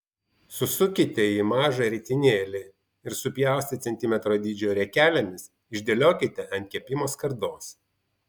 susukite į mažą ritinėlį ir supjaustę centimetro dydžio riekelėmis išdėliokite ant kepimo skardos